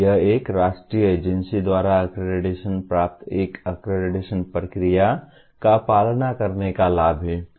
यह एक राष्ट्रीय एजेंसी द्वारा अक्रेडिटेशन प्राप्त एक अक्रेडिटेशन प्रक्रिया का पालन करने का लाभ है